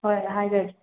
ꯍꯣꯏ ꯍꯥꯏꯈ꯭ꯔꯒꯦ